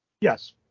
Yes